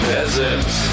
Peasants